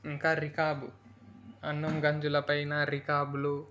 ఇంకా రిఖాబ్ అన్నం గంజులపైన రిఖాబులు